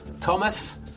Thomas